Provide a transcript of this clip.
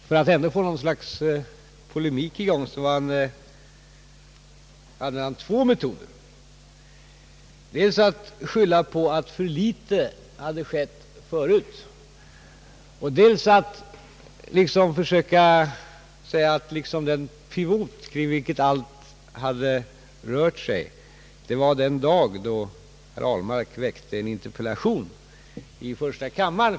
För att ändå få i gång en polemik använde han sig av två metoder, dels att skylla på att för litet hade skett tidigare, dels att försöka säga att den pivot, vid vilket allt hade rört sig, var den dag då han väckte en interpellation i första kammaren.